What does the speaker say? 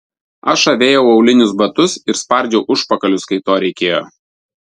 aš avėjau aulinius batus ir spardžiau užpakalius kai to reikėjo